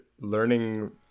learning